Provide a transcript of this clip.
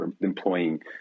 employing